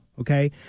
okay